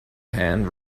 hand